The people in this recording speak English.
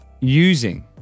using